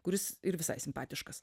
kuris ir visai simpatiškas